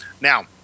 Now